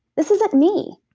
this isn't me.